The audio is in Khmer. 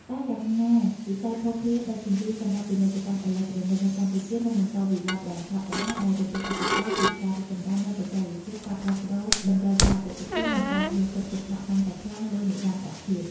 តែយ៉ាងណា វិស័យភស្តុភារដឹកជញ្ជូនសម្រាប់ ពាណិជ្ជកម្មអេឡិចត្រូនិក នៅកម្ពុជានឹងបន្តវិវឌ្ឍន៍យ៉ាងឆាប់រហ័ស ដោយទទួលឥទ្ធិពលពីការរីកចម្រើននៃបច្ចេកវិទ្យា ការផ្លាស់ប្តូរតម្រូវការអតិថិជន និងការយកចិត្តទុកដាក់កាន់តែខ្លាំងលើនិរន្តរភាព។